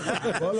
רק